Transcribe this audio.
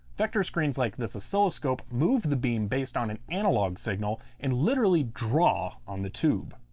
vector screens like this oscilloscope move the beam based on an analog signal and literally draw on the tube.